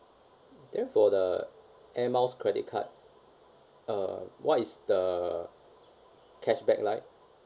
then for the air miles credit card err what is the cashback like